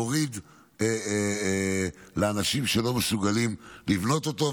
להוריד לאנשים שלא מסוגלים לבנות אותו,